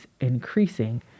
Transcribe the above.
increasing